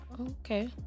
Okay